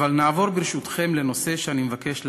אבל נעבור, ברשותכם, לנושא שאני מבקש להעלות.